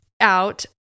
out